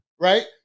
right